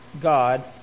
God